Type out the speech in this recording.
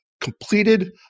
completed